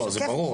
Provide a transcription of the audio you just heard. זה ברור.